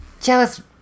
Jealous